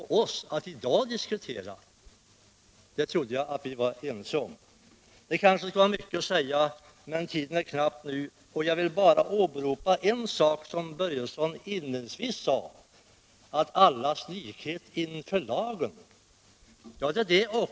Det trodde jag att vi var ense om. Det skulle vara mycket att säga, men tiden är knapp. Jag vill bara åberopa en sak som herr Börjesson nämnde inledningsvis, nämligen allas likhet inför lagen.